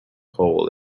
hole